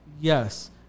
yes